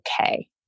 okay